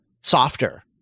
softer